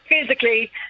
physically